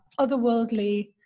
otherworldly